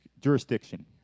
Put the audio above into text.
jurisdiction